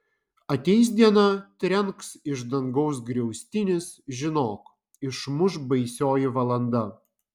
ateis diena trenks iš dangaus griaustinis žinok išmuš baisioji valanda